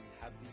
happy